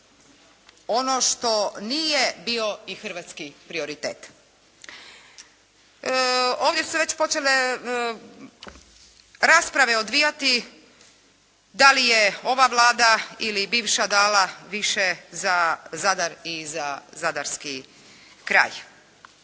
ono što nije bio i Hrvatski prioritet. Ovdje su se već počele rasprave odvijati da li je ova Vlada ili bivša dala više za Zadar i Zadarski kraj,